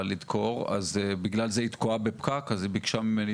לדקור אז בגלל זה היא תקועה בפקק אז היא ביקשה ממני